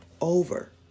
over